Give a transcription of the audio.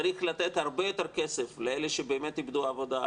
צריך לתת הרבה יותר כסף לאלה שבאמת איבדו עבודה,